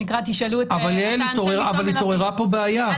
אבל התעוררה פה בעיה.